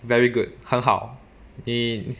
very good 很好你